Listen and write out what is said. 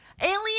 Alien